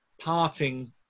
parting